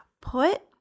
put